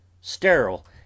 Sterile